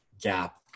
gap